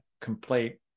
complete